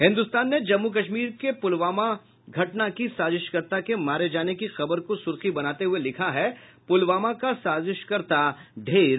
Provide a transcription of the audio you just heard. हिन्दुस्तान ने जम्मू कश्मीर में पुलवामा घटना के साजिशकर्ता के मारे जाने की खबर को सुर्खी बनाते हुए लिखा है पुलवामा का साजिशकर्ता ढेर